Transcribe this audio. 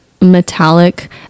metallic